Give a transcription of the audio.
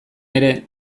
ere